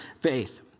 faith